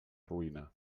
ruïna